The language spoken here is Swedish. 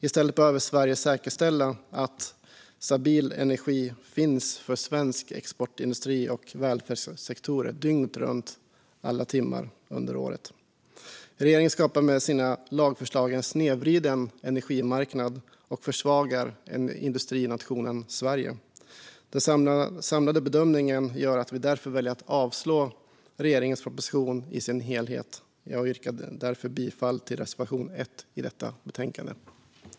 I stället behöver Sverige säkerställa att stabil energi finns för svensk exportindustri och välfärdssektorer - dygnet runt och under årets alla timmar. Regeringen skapar med sina lagförslag en snedvriden energimarknad och försvagar industrinationen Sverige. Den samlade bedömningen gör att vi därför väljer att yrka avslag på regeringens proposition i dess helhet. Jag yrkar bifall till reservation 1 i detta betänkande.